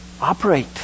operate